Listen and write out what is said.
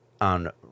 on